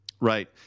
Right